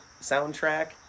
soundtrack